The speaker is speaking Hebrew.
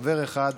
חבר אחד,